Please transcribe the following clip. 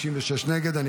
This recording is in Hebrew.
56 נגד.